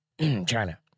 China